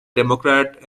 democrat